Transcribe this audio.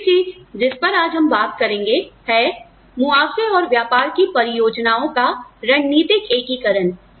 दूसरी चीज जिस पर हम आज बात करेंगे है मुआवजे और व्यापार की परियोजनाओं का रणनीतिक एकीकरण